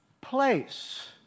place